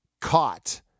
caught